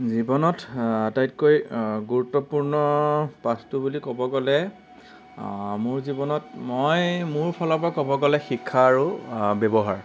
জীৱনত আটাইতকৈ গুৰুত্বপূৰ্ণ পাঠটো বুলি ক'ব গ'লে মোৰ জীৱনত মই মোৰ ফালৰপৰা ক'ব গ'লে শিক্ষা আৰু ব্যৱহাৰ